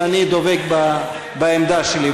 ואני דבק בעמדה שלי.